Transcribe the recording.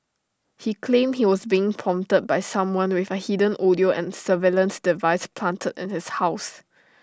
he claimed he was being prompted by someone with A hidden audio and surveillance device planted in his house